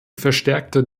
verstärkte